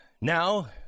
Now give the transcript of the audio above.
Now